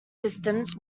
systems